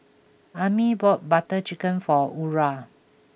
Ami bought Butter Chicken for Aura